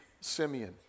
Simeon